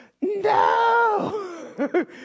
no